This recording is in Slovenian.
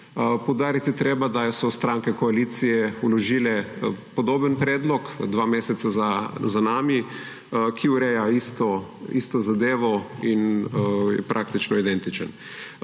Poudariti je treba, da so stranke koalicije vložile podoben predlog dva meseca za nami, ki ureja isto zadevo in je praktično identičen.